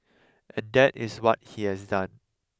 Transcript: and that is what he has done